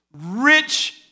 rich